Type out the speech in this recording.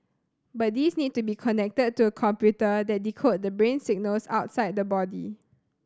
but these need to be connected to a computer that decodes the brain signals outside the body